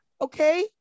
Okay